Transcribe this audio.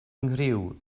nghriw